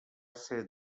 ser